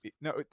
no